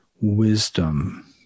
wisdom